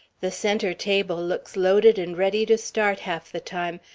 the center table looks loaded and ready to start half the time.